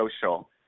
social